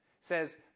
says